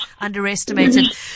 underestimated